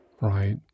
Right